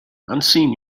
unseen